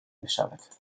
میشود